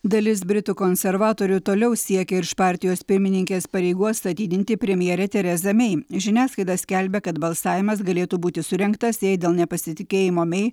dalis britų konservatorių toliau siekia irš partijos pirmininkės pareigų atstatydinti premjerę terezą mei žiniasklaida skelbia kad balsavimas galėtų būti surengtas jei dėl nepasitikėjimo mei